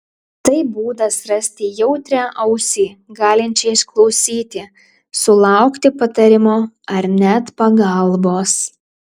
tai būdas rasti jautrią ausį galinčią išklausyti sulaukti patarimo ar net pagalbos